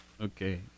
Okay